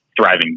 thriving